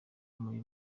muri